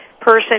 person